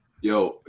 Yo